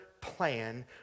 plan